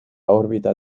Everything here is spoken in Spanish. órbita